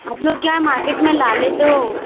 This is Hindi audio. आप लोग क्या मार्केट में ला लेते हो